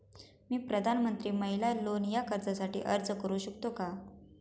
मी प्रधानमंत्री महिला लोन या कर्जासाठी अर्ज करू शकतो का?